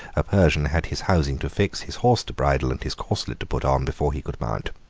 a persian had his housing to fix, his horse to bridle, and his corselet to put on, before he could mount.